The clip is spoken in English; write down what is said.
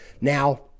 Now